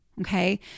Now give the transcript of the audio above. okay